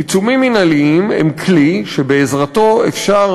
עיצומים מינהליים הם כלי שבעזרתו אפשר